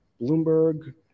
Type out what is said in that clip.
Bloomberg